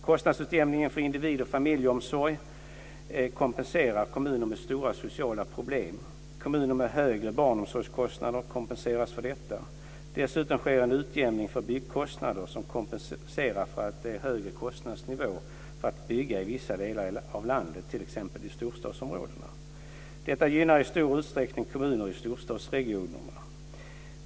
Kostnadsutjämningen för individ och familjeomsorg kompenserar kommuner med stora sociala problem. Kommuner med högre barnomsorgskostnader kompenseras för detta. Dessutom sker en utjämning för byggkostnader som kompenserar för att det är högre kostnadsnivå för att bygga i vissa delar av landet, t.ex. i storstadsområdena. Detta gynnar i stor utsträckning kommuner i storstadsregionerna.